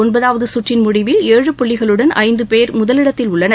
ஒன்பதாவது சுற்றின் முடிவில் ஏழு புள்ளிகளுடன் ஐந்து பேர் முதலிடத்தில் உள்ளனர்